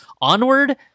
Onward